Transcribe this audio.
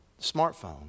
smartphone